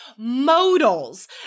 modals